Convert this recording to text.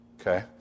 Okay